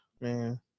man